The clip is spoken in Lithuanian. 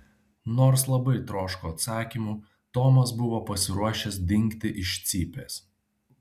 nors labai troško atsakymų tomas buvo pasiruošęs dingti iš cypės